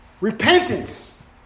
Repentance